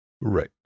right